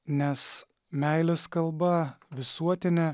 nes meilės kalba visuotinė